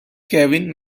kevin